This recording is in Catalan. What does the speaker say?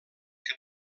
que